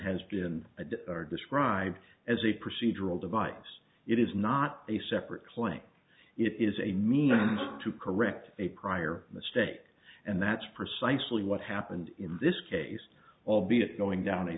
has been described as a procedural device it is not a separate claim it is a means to correct a prior mistake and that's precisely what happened in this case albeit going down a